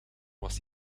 was